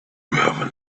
have